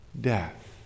death